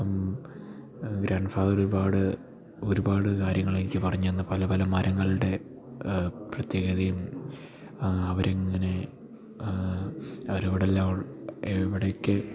അപ്പം ഗ്രാൻ്റ്ഫാദർ ഒരുപാട് ഒരുപാട് കാര്യങ്ങളെനിക്ക് പറഞ്ഞു തന്നു പല പല മരങ്ങളുടെ പ്രത്യേകതയും അവരിങ്ങനെ അവർ അവിടെയെല്ലാം എവിടെയൊക്കെ